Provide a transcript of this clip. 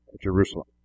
Jerusalem